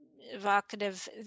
evocative